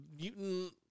Mutant